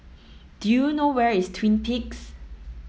do you know where is Twin Peaks